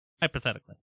hypothetically